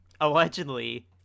Allegedly